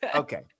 Okay